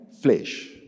flesh